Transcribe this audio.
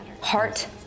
heart